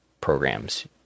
programs